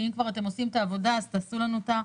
שאם כבר אתם עושים את העבודה אז תבדקו לנו אותם.